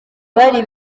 bari